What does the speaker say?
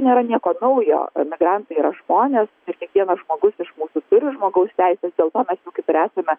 nėra nieko naujo emigrantai yra žmonės kiekvienas žmogus iš mūsų turi žmogaus teises dėl to kaip ir esame